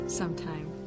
sometime